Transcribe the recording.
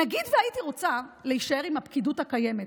נגיד שהייתי רוצה להישאר עם הפקידות הקיימת,